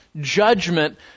judgment